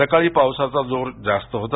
सकाळी पावसाचा जोर जास्त होता